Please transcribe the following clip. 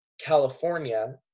California